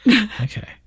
Okay